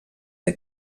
que